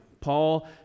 Paul